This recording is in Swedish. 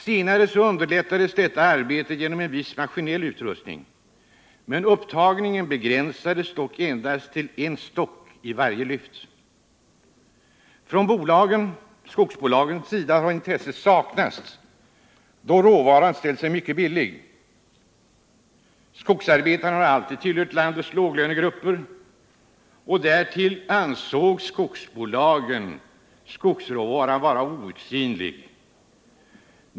Senare underlättades detta arbete genom en viss maskinell utrustning, men upptagningen begränsades till endast en stock vid varje yft. Från skogsbolagens sida har intresse saknats, då råvaran ställt sig mycket billig, och skogsarbetarna har alltid tillhört landets låglönegrupper. Därtill ansåg bolagen skogsråvaran vara outsinlig.